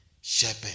shepherd